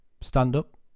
stand-up